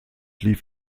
lief